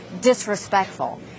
disrespectful